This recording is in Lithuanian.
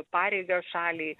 pareigą šaliai